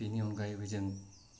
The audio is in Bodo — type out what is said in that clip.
बेनि अनगायैबो जों